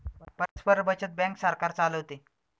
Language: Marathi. परस्पर बचत बँक सरकार चालवते